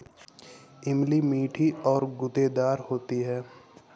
इमली मीठी और गूदेदार होती है